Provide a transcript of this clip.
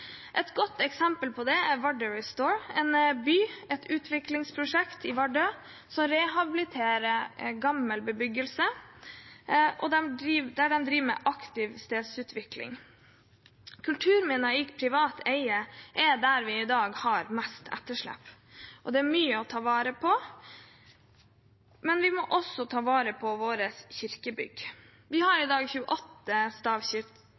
Et godt eksempel på det er Vardø Restored – et utviklingsprosjekt i Vardø som rehabiliterer gammel bebyggelse, og hvor de driver med aktiv stedsutvikling. Det er på området kulturminner i privat eie vi i dag har det største etterslepet. Det er mye å ta vare på, men vi må også ta vare på våre kirkebygg. Vi har